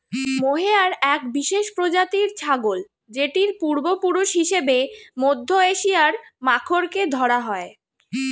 mohair এক বিশেষ প্রজাতির ছাগল যেটির পূর্বপুরুষ হিসেবে মধ্য এশিয়ার মাখরকে ধরা হয়